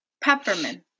Peppermint